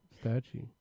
statue